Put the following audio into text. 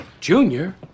Junior